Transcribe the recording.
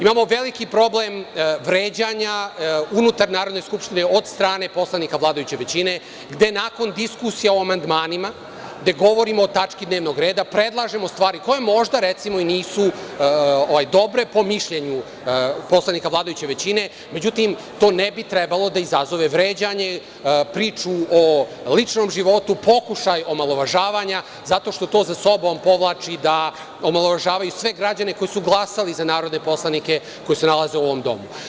Imamo veliki problem vređanja unutar Narodne skupštine od strane poslanika vladajuće većine gde nakon diskusije o amandmanima, gde govorimo o tački dnevnog reda, predlažemo stvari koje možda recimo i nisu dobre po mišljenju poslanika vladajuće većine, međutim, to ne bi trebalo da izazove vređanje, priču o ličnom životu, pokušaj omalovažavanja zato što to sa sobom povlači da omalovažavaju sve građane koji su glasali za narodne poslanike koji se nalaze u ovom domu.